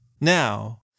Now